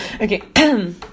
Okay